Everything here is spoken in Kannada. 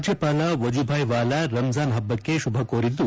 ರಾಜ್ಯಪಾಲ ವಜೂಭಾಯ್ ವಾಲಾ ರಂಜಾನ್ ಹಬ್ಬಕ್ಕೆ ಶುಭಕೋರಿದ್ದು